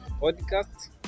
podcast